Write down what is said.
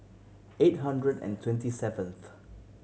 eight hundred and twenty seventh